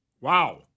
Wow